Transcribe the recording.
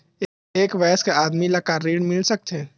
एक वयस्क आदमी ला का ऋण मिल सकथे?